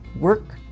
work